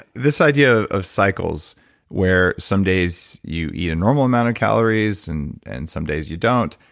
this idea of cycles where some days you eat a normal amount of calories and and some days you don't,